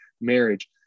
marriage